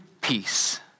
peace